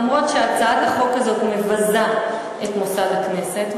למרות שהצעת החוק הזאת מבזה את מוסד הכנסת,